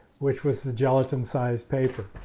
which was the gelatin sized paper.